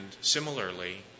similarly